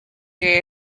que